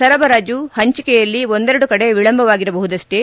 ಸರಬರಾಜು ಪಂಚಕೆಯಲ್ಲಿ ಒಂದೆರಡು ಕಡೆ ವಿಳಂಬವಾಗಿರಬಹುದಷ್ಟೇ